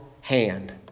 hand